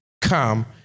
come